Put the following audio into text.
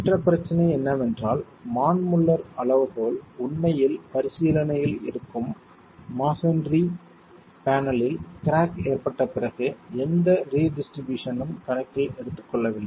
மற்ற பிரச்சனை என்னவென்றால் மான் முல்லர் அளவுகோல் உண்மையில் பரிசீலனையில் இருக்கும் மஸோன்றி பேனலில் கிராக் ஏற்பட்ட பிறகு எந்த ரி டிஸ்ட்ரிபியூஷன் ம் கணக்கில் எடுத்துக்கொள்ளவில்லை